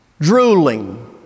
drooling